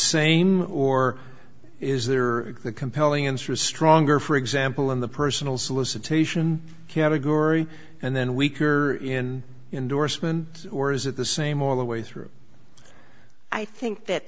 same or is there a compelling interest stronger for example in the personal solicitation category and then weaker in endorsement or is it the same all the way through i think that